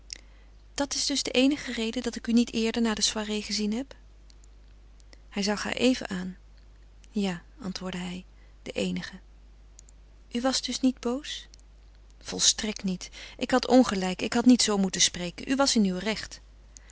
dat is dus de eenige reden dat ik u niet eerder na de soiree gezien heb hij zag haar even aan ja antwoordde hij de eenige u was dus niet boos volstrekt niet ik had ongelijk ik had niet zoo moeten spreken u was in uw recht